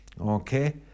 Okay